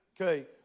okay